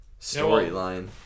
storyline